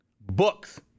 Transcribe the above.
books